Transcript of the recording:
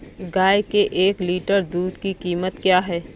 गाय के एक लीटर दूध की कीमत क्या है?